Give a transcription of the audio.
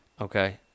Okay